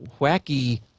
wacky